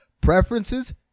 preferences